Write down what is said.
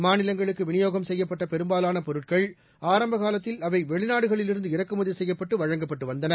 மாநிலங்களுக்கு விநியோகம் செய்யப்பட்ட பெரும்பாலான பொருட்கள் ஆரம்ப காலத்தில் வெளிநாடுகளிலிருந்து இறக்குமதி செய்யப்பட்டு வந்தன